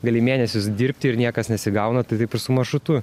gali mėnesius dirbti ir niekas nesigauna tai taip su maršrutu